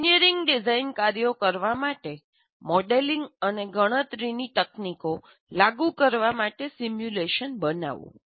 engineering design કાર્યો કરવા માટે મોડેલિંગ અને ગણતરીની તકનીકો લાગુ કરવા માટે સિમ્યુલેશન બનાવો